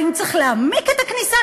האם צריך להעמיק את הכניסה,